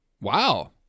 Wow